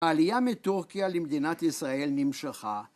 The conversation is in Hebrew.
העלייה מטורקיה למדינת ישראל נמשכה.